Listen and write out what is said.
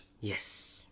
Yes